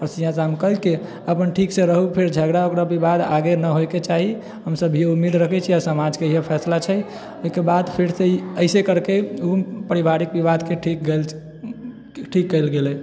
आओर सीमा कायम कए के अपन ठीकसँ रहू फेर झगड़ा उगड़ा विवाद आगे ना होइके चाही हमसब भी ई उम्मीद रखै छै आओर समाजके यही फैसला छै ओयके बाद फेरसँ ई ऐसे करके पारिवारिक विवादके ठीक गेल ठीक कयल गेलै